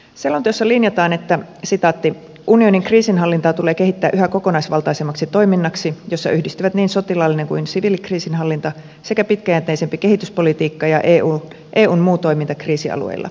selonteossa linjataan että unionin kriisinhallintaa tulee kehittää yhä kokonaisvaltaisemmaksi toiminnaksi jossa yhdistyvät niin sotilaallinen kuin siviilikriisinhallinta sekä pitkäjänteisempi kehityspolitiikka ja eun muu toiminta kriisialueilla